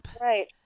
Right